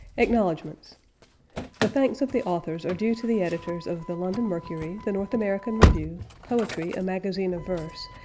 acknowledgments the thanks of the authors are due to the editors of the london mercury, the north american review, poetry, a magazine of verse,